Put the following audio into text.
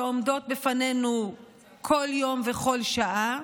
שעומדות בפנינו בכל יום ובכל שעה,